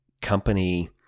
company